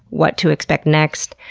what to expect next.